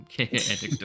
Okay